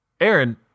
Aaron